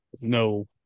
no